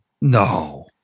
No